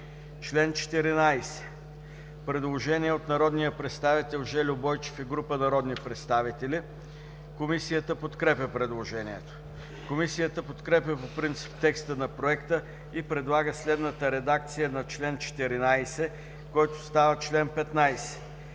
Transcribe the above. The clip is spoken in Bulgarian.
чл. 14 има предложение от народния представител Жельо Бойчев и група народни представители. Комисията подкрепя предложението. Комисията подкрепя по принцип текста на проекта и предлага следната редакция на чл. 14, който става чл. 15: